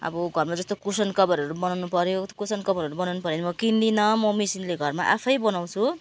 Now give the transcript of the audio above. अब घरमा जस्तो कुसन कभरहरू बनाउनु पऱ्यो कुसन कभरहरू बनाउनु पऱ्यो भने म किनदिनँ म मेसिनले घरमा आफै बनाउँछु